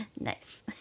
Nice